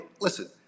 listen